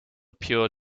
pure